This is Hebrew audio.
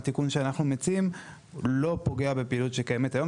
התיקון שאנחנו מציעים לא פוגע בפעילות שקיימת היום.